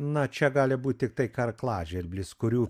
na čia gali būt tiktai karklažvirblis kurių